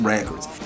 Records